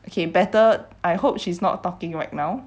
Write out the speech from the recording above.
okay better I hope she's not talking right now